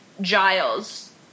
Giles